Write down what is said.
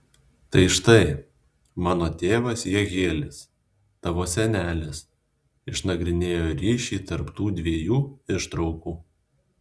tai štai mano tėvas jehielis tavo senelis išnagrinėjo ryšį tarp tų dviejų ištraukų